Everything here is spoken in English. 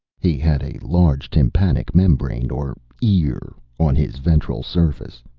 he had a large tympanic membrane or ear on his ventral surface.